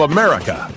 America